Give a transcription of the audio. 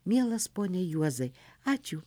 mielas pone juozai ačiū